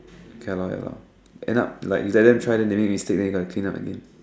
ya lor ya lor end up like you let them try then they make mistake then you gotta clean up again